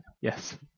Yes